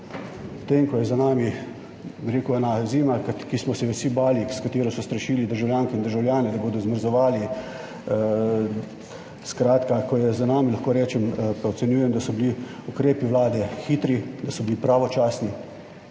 po tem, ko je za nami, bi rekel, zima, ki smo se je vsi bali, s katero so strašili državljanke in državljane, da bodo zmrzovali, skratka, ko je za nami, pa ocenjujem, da so bili ukrepi Vlade hitri, da so bili pravočasni.